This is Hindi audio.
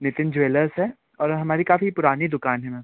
नितिन ज्वेलर्स है और हमारी काफ़ी पुरानी दुकान है मैम